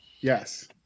Yes